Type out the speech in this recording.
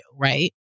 right